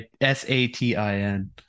s-a-t-i-n